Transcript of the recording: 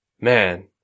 man